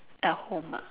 at home ah